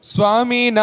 Swami